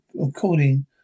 according